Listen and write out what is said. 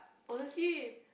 honestly